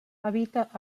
habita